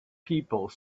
people